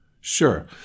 Sure